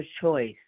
choice